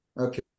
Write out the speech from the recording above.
Okay